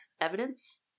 evidence